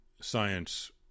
Science